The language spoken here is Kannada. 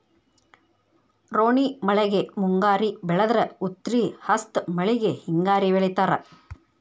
ರೋಣಿ ಮಳೆಗೆ ಮುಂಗಾರಿ ಬೆಳದ್ರ ಉತ್ರಿ ಹಸ್ತ್ ಮಳಿಗೆ ಹಿಂಗಾರಿ ಬೆಳಿತಾರ